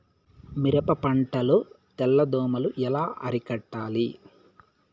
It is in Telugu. మిరప పంట లో తెల్ల దోమలు ఎలా అరికట్టాలి?